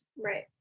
right